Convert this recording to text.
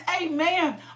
amen